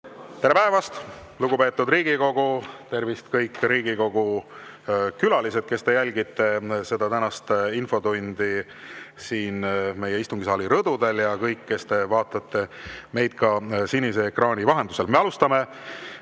Tere päevast, lugupeetud Riigikogu! Tervist, kõik Riigikogu külalised, kes te jälgite tänast infotundi siin meie istungisaali rõdudel, ja kõik, kes te vaatate meid sinise ekraani vahendusel! Me alustame